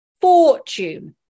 fortune